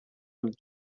would